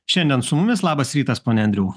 šiandien su mumis labas rytas pone andriau